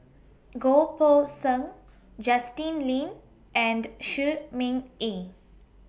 Goh Poh Seng Justin Lean and Shi Ming Yi